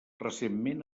recentment